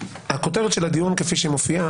הכותרת של הדיון כפי שמופיעה,